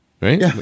right